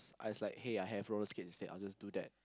I was like hey I have roller skates instead I would just do that